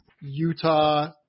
Utah